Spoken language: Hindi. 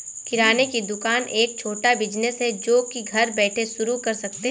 किराने की दुकान एक छोटा बिज़नेस है जो की घर बैठे शुरू कर सकते है